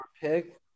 pick